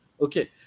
Okay